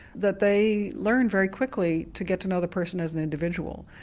that they learn very quickly to get to know the person as an individual.